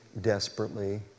desperately